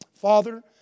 Father